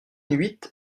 huit